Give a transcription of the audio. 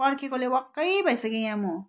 पर्खेकोले वाक्कै भइसकेँ यहाँ म